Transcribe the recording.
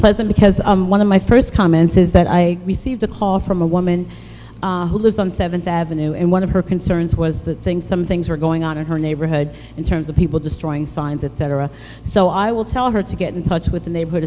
pleasant because one of my first comments is that i received a call from a woman who lives on seventh avenue and one of her concerns was that things some things were going on in her neighborhood in terms of people destroying signs etc so i will tell her to get in touch with the